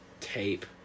tape